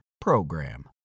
PROGRAM